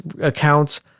accounts